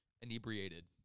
inebriated